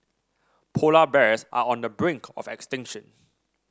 polar bears are on the brink of extinction